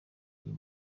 uyu